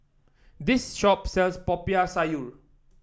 this shop sells Popiah Sayur